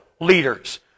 leaders